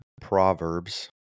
Proverbs